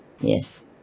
Yes